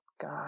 God